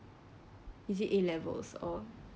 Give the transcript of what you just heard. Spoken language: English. is it A levels or